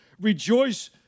rejoice